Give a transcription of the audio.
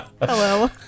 Hello